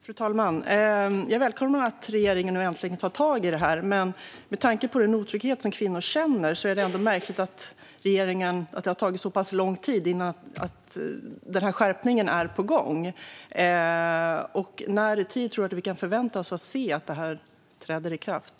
Fru talman! Jag välkomnar att regeringen nu äntligen tar tag i det här och att skärpningen är på gång, men med tanke på den otrygghet som kvinnor känner är det ändå märkligt att det har tagit så pass lång tid. När kan vi förvänta oss att detta träder i kraft?